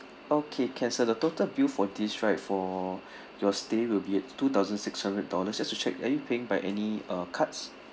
okay can sir the total bill for these right for your stay will be at two thousand six hundred dollars just to check are you paying by any uh cards